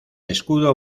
escudo